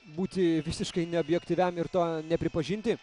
būti visiškai neobjektyviam ir to nepripažinti